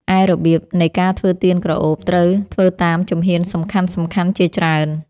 ឯរបៀបនៃការធ្វើទៀនក្រអូប ត្រូវធ្វើតាមជំហានសំខាន់ៗជាច្រើន។